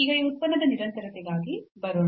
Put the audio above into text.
ಈಗ ಈ ಉತ್ಪನ್ನದ ನಿರಂತರತೆಗೆ ಬರೋಣ